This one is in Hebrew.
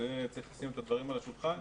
צריך לשים את הדברים על השולחן.